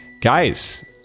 Guys